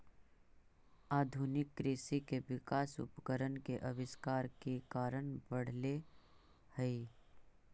आधुनिक कृषि के विकास उपकरण के आविष्कार के कारण बढ़ले हई